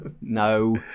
No